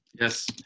Yes